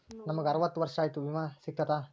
ನಮ್ ಗ ಅರವತ್ತ ವರ್ಷಾತು ವಿಮಾ ಸಿಗ್ತದಾ?